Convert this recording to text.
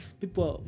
people